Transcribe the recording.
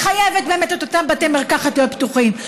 מחייבת באמת את אותם בתי מרקחת להיות פתוחים,